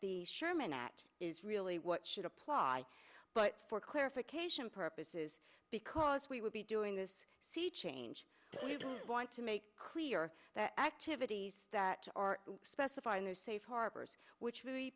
the sherman act is really what should apply but for clarification purposes because we would be doing this see change want to make clear that activities that are specified in their safe harbors which